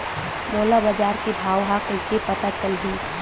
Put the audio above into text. मोला बजार के भाव ह कइसे पता चलही?